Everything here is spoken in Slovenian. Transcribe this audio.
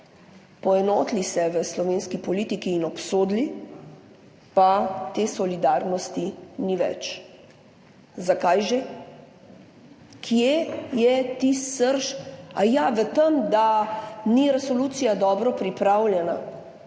poenotili se v slovenski politiki in obsodili, pa te solidarnosti ni več. Zakaj že? Kje je tisti srž… Aja, v tem, da ni resolucija dobro pripravljena,